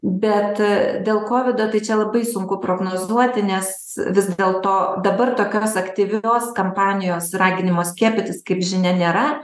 bet dėl kovido tai čia labai sunku prognozuoti nes vis dėlto dabar tokios aktyvios kampanijos raginimo skiepytis kaip žinia nėra